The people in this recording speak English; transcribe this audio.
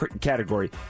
category